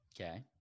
Okay